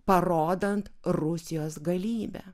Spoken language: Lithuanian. parodant rusijos galybę